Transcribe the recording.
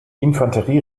infanterie